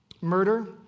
murder